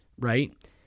right